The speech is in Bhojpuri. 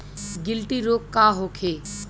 गिलटी रोग का होखे?